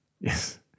Yes